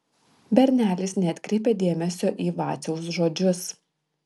bernelis neatkreipė dėmesio į vaciaus žodžius